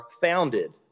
founded